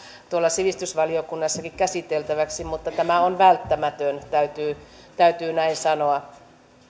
sivistysvaliokunnassakin käsiteltäväksi mutta tämä on välttämätön täytyy täytyy näin sanoa